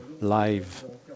live